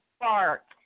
spark